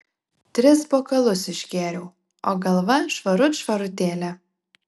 tris bokalus išgėriau o galva švarut švarutėlė